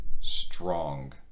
strong